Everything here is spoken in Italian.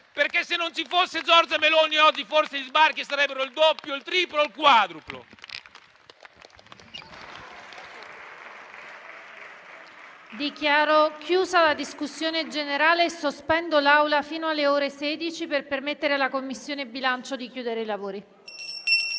perché, se non ci fosse Giorgia Meloni, oggi forse gli sbarchi sarebbero il doppio, il triplo o il quadruplo.